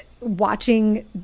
Watching